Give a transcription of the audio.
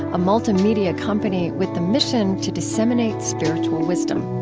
a multimedia company with the mission to disseminate spiritual wisdom